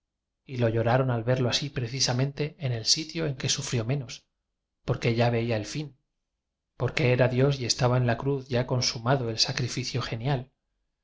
y lo lloraron al verlo así precisamente en el sitio en que sufrió rnenos porque ya veía el fin porque era dios y estaba en la cruz ya consumado el sacrificio